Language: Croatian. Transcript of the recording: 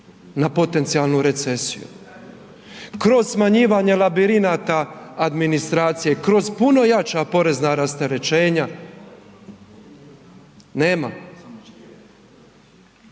na potencijalnu recesiju kroz smanjivanje labirinata administracije, kroz puno jača porezna rasterećenja, nema.